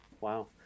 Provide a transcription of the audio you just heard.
Wow